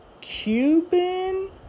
Cuban